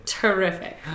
terrific